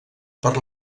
per